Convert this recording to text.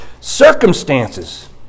circumstances